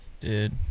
Dude